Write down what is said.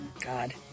God